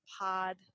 pod